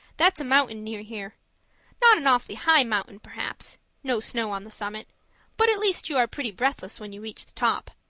that's a mountain near here not an awfully high mountain, perhaps no snow on the summit but at least you are pretty breathless when you reach the top.